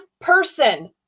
person